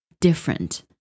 different